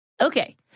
Okay